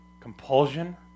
compulsion